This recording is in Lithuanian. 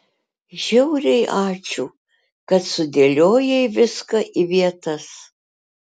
žiauriai ačiū kad sudėliojai viską į vietas